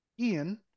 Ian